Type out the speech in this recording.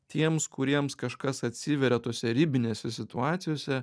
tiems kuriems kažkas atsiveria tose ribinėse situacijose